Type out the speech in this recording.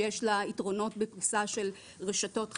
שיש לה יתרונות בפריסה של רשתות חדשות,